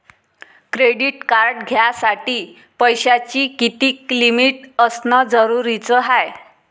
Credit card घ्यासाठी पैशाची कितीक लिमिट असनं जरुरीच हाय?